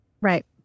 Right